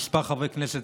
כמה חברי כנסת,